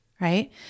Right